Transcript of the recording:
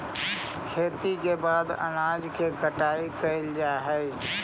खेती के बाद अनाज के कटाई कैल जा हइ